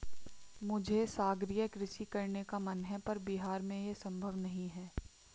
मुझे सागरीय कृषि करने का मन है पर बिहार में ये संभव नहीं है